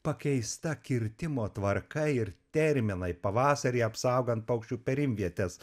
pakeista kirtimo tvarka ir terminai pavasarį apsaugant paukščių perimvietes